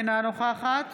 אינה נוכחת